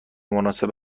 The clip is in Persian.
مناسب